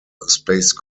space